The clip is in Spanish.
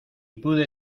pude